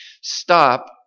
Stop